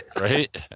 Right